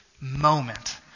moment